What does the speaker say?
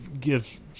gives